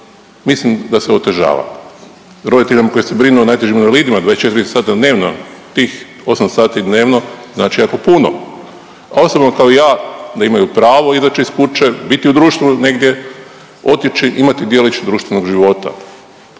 mislim da se otežava. Roditeljima koji se brinu o najtežim invalidima 24 sata dnevno, tih 8 sati dnevno znači jako puno, a osobno kao i ja da imaju pravo izaći iz kuće, biti u društvu negdje, otići i imati djelić društvenog života,